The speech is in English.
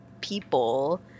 people